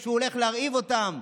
שהוא הולך להרעיב אותם.